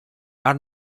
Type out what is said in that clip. are